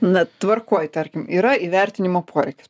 na tvarkoj tarkim yra įvertinimo poreikis